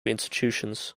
institutions